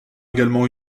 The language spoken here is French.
également